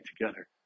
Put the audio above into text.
together